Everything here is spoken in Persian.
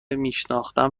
میشناختم